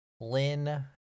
Lynn